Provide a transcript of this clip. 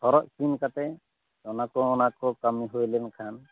ᱦᱚᱨᱚᱜ ᱪᱤᱱ ᱠᱟᱛᱮ ᱚᱱᱟ ᱠᱚ ᱚᱱᱟ ᱠᱚ ᱠᱟᱹᱢᱤ ᱦᱳᱭ ᱞᱮᱱ ᱠᱷᱟᱱ